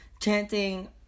chanting